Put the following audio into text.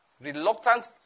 Reluctant